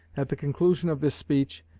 at the conclusion of this speech,